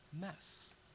mess